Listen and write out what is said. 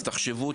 אז תחשבו,